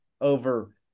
over